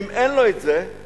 אם אין לו את זה,